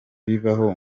bibaho